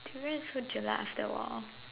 durian is so jelak after a while